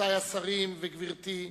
רבותי השרים וגברתי,